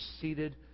seated